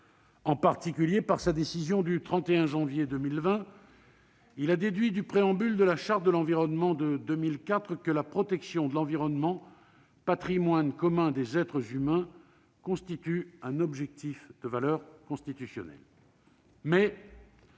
En particulier, par sa décision du 31 janvier 2020, il a déduit du préambule de la Charte de l'environnement de 2004 que « la protection de l'environnement, patrimoine commun des êtres humains », constitue un objectif de valeur constitutionnelle.